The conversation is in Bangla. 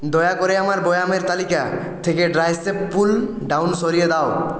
দয়া করে আমার ব্যায়ামের তালিকা থেকে ট্রাইসেপ পুল ডাউন সরিয়ে দাও